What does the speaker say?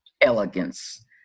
elegance